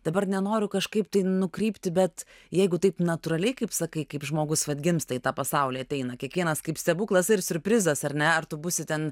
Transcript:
dabar nenoriu kažkaip nukrypti bet jeigu taip natūraliai kaip sakai kaip žmogus vat gimsta į tą pasaulį ateina kiekvienas kaip stebuklas ir siurprizas ar ne ar tu būsi ten